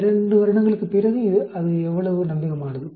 2 வருடங்களுக்குப் பிறகு அது எவ்வளவு நம்பகமானது